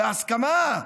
בהסכמה,